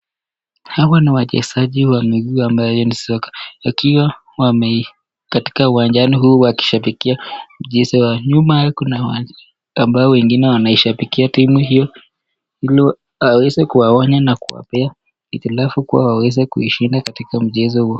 Hawa ni wachezaji wa miguu ambayo ni soka wakiwa katika uwanjani huu wakishabikia mchezo yao, nyuma yao kuna watu ambao wengine wanaishabikia timu hiyo ili aweze kuwaona na kuwapea hitilafu kuwa waweze kuishinda katika mchezo huo.